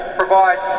provide